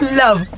love